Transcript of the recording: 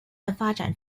发展